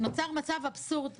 נוצר מצב אבסורד,